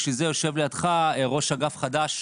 בשביל זה יושב לידך ראש אגף חדש,